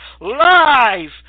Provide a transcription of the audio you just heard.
live